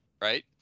Right